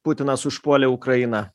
putinas užpuolė ukrainą